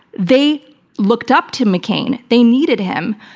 they looked up to mccain, they needed him.